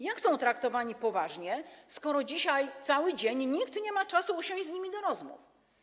Jak są traktowani poważnie, skoro dzisiaj cały dzień nikt nie ma czasu usiąść z nimi do rozmów?